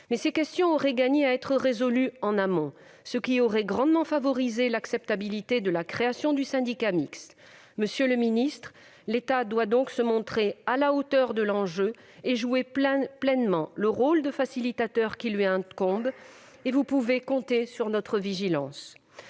ces questions auraient gagné à être résolues en amont, ce qui aurait grandement favorisé l'acceptabilité de la création du syndicat mixte unique. Monsieur le ministre, l'État doit donc se montrer à la hauteur de l'enjeu et jouer pleinement le rôle de facilitateur qui lui incombe. Vous pouvez compter sur notre vigilance.